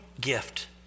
gift